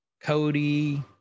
cody